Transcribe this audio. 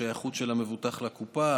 השייכות של המבוטח לקופה,